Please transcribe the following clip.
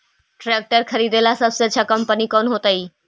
Tractor खरीदेला सबसे अच्छा कंपनी कौन होतई?